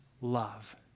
love